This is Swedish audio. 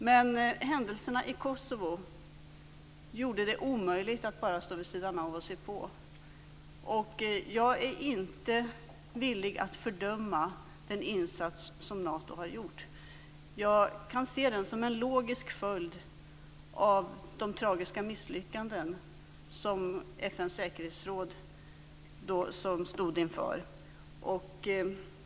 Men händelserna i Kosovo gjorde det omöjligt att bara stå vid sidan av och se på. Jag är inte villig att fördöma den insats som Nato har gjort. Jag kan se den som en logisk följd av de tragiska misslyckanden som FN:s säkerhetsråd då stod inför.